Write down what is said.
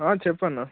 చెప్పన్న